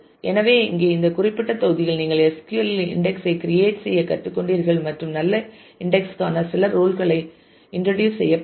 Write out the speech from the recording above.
எனவே இங்கே இந்த குறிப்பிட்ட தொகுதியில் நீங்கள் SQL இல் இன்டெக்ஸ் ஐ கிரியேட் செய்ய கற்றுக்கொண்டீர்கள் மற்றும் நல்ல இன்டெக்ஸ் க்கான சில ரூல் களை இன்டர்டியூஸ் செய்யப்பட்டது